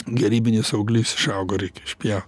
gerybinis auglys išaugo reikia išpjaut